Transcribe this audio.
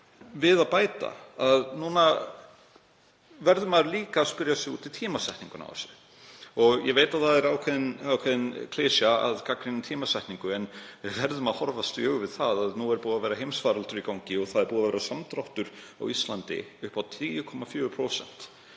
það að bæta að núna verð ég líka að spyrja út í tímasetninguna á þessu. Ég veit að það er ákveðin klisja að gagnrýna tímasetningu, en við verðum að horfast í augu við það að nú er búinn að vera heimsfaraldur í gangi og búinn að vera samdráttur á Íslandi upp á 10,4%,